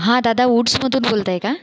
हा दादा वुड्समधून बोलताय का